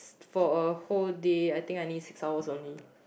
for a whole day I think I need six hours only